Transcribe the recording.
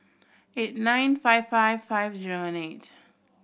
eight nine five five five zero eight